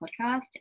podcast